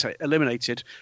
eliminated